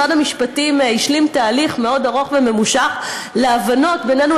משרד המשפטים השלים תהליך מאוד ארוך וממושך להבנות בינינו